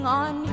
on